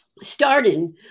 started